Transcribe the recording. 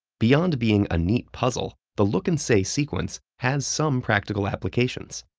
beyond being a neat puzzle, the look and say sequence has some practical applications.